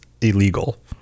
illegal